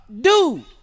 Dude